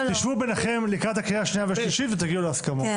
תשבו ביניכם לקראת הקריאה השנייה והשלישית ותגיעו להסכמות.